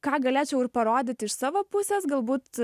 ką galėčiau ir parodyt iš savo pusės galbūt